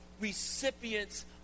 recipients